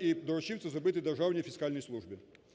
і доручив це зробити Державній фіскальній службі.